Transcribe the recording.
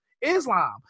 Islam